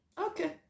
Okay